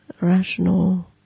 rational